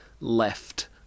left